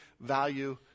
value